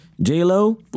J-Lo